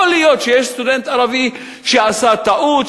יכול להיות שיש סטודנט ערבי שעשה טעות,